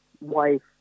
wife